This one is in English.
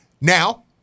now